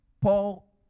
Paul